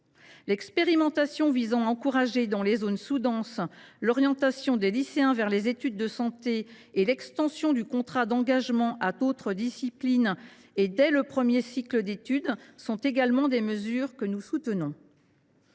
L’expérimentation visant à encourager, dans les zones sous denses, l’orientation des lycéens vers les études de santé et l’extension du contrat d’engagement à d’autres disciplines, dès le premier cycle d’études, sont également des mesures que nous soutenons.